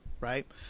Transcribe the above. right